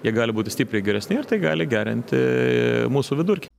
jie gali būti stipriai geresni ir tai gali gerinti mūsų vidurkį